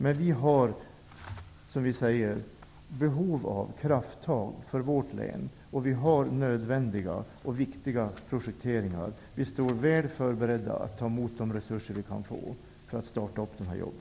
Men vi har, som vi säger, behov av krafttag för vårt län. Och vi har nödvändiga och viktiga projekteringar. Vi står väl förberedda att ta emot de resurser vi kan få för att starta dessa jobb.